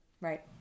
Right